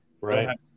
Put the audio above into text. Right